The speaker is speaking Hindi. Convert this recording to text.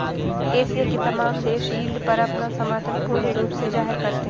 एशिया के तमाम देश यील्ड पर अपना समर्थन पूर्ण रूप से जाहिर करते हैं